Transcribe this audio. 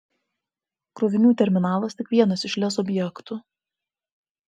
krovinių terminalas tik vienas iš lez objektų